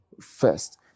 First